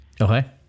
Okay